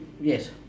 yes